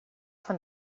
von